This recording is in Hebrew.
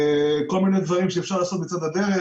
כל מיני דברים שאפשר לעשות בצד הדרך,